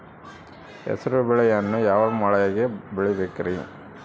ಹೆಸರುಬೇಳೆಯನ್ನು ಯಾವ ಮಳೆಗೆ ಬೆಳಿಬೇಕ್ರಿ?